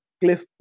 cliff